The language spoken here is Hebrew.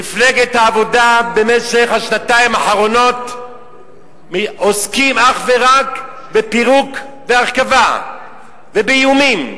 מפלגת העבודה עוסקים בשנתיים האחרונות רק בפירוק ובהרכבה ובאיומים,